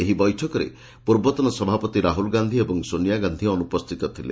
ଏହି ବୈଠକରେ ପୂର୍ବତନ ସଭାପତି ରାହୁଲ ଗାଧୀ ଏବଂ ସୋନିଆ ଗାଧୀ ଅନୁପସ୍ଥିତ ଥିଲେ